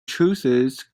chooses